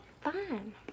Fine